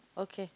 okay